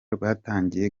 rwatangiye